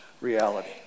reality